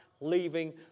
leaving